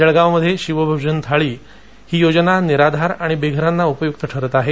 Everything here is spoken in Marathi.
जळगावमध्ये शिवभोजन थाळी ही योजना निराधार आणि बेघरांना उपयुक्त ठरत आहे